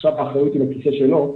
עכשיו האחריות היא בכיסא שלו,